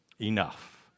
Enough